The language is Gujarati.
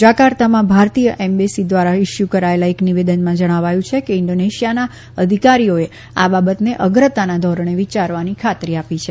જાકાર્તામાં ભારતીય એમબેસી ધ્વારા ઈસ્યુ કરાયેલ એક નિવેદનમાં જણાવાયું છે કે ઈન્ડોનેશિયાના અધિકારીઓએ આ બાબતને અગ્રતાના ધોરણે વિચારવાની ખાતરી આપી છે